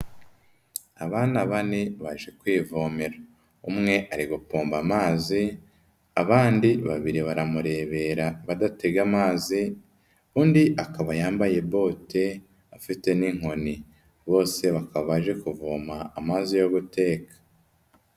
Abana bane baje ku ivomero, umwe ari gupomba amazi, abandi babiri baramurebera badatega amazi, undi akaba yambaye bote afite n'inkoni, bose bakaba baje kuvoma amazi yo guteka.